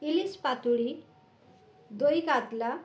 ইলিশ পাতুরি দই কাতলা